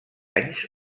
anys